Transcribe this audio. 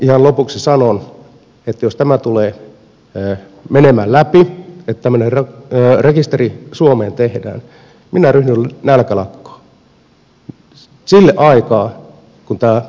ihan lopuksi sanon että jos tämä tulee menemään läpi että tämmöinen rekisteri suomeen tehdään minä ryhdyn nälkälakkoon siksi aikaa kunnes tämä päätös perutaan